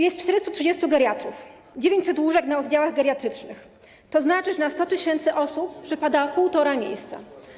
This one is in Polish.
Jest 430 geriatrów, 900 łóżek na oddziałach geriatrycznych, to znaczy, że na 100 tys. osób przypada półtora miejsca.